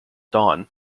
dawn